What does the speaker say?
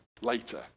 later